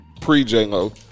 pre-J-Lo